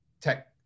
tech